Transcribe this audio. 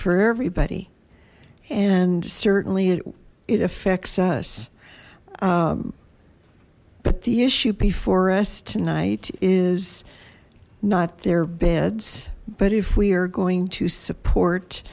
for everybody and certainly it affects us but the issue before us too it is not their beds but if we are going to support